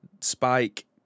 Spike